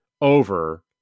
over